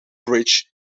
bridge